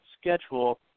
schedule